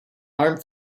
arm